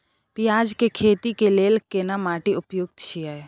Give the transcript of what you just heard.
पियाज के खेती के लेल केना माटी उपयुक्त छियै?